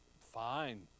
Fine